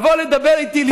לבוא לדבר איתי,